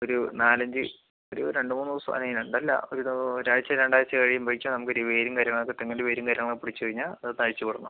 ഒരു നാലഞ്ച് ഒരു രണ്ട് മൂന്ന് ദിവസം അതെ രണ്ട് അല്ല അപ്പോൾ ഇത് ഒരാഴ്ച്ച രണ്ടാഴ്ച്ച കഴിയുമ്പോഴേക്കും നമുക്ക് ഇതിൻ്റെ വേരും കാര്യങ്ങളൊക്കെ തെങ്ങിൻ്റെ വേരും കാര്യങ്ങളും പിടിച്ച് കഴിഞ്ഞാൽ അത് തഴച്ച് വളർന്നോളും